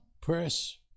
press